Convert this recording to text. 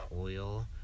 oil